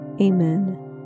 Amen